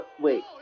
wait